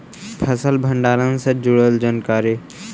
फसल भंडारन से जुड़ल जानकारी?